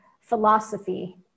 philosophy